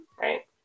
right